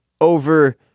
over